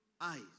eyes